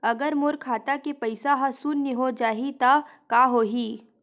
अगर मोर खाता के पईसा ह शून्य हो जाही त का होही?